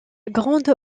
grande